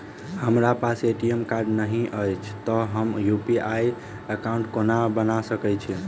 हमरा पास ATM card नहि अछि तए हम यु.पी.आई एकॉउन्ट कोना बना सकैत छी